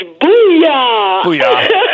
Booyah